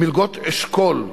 מלגות "אשכול"